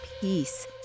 peace